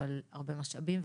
הרבה משאבים,